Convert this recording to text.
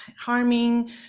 harming